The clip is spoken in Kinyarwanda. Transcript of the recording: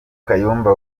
kayumba